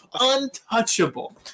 Untouchable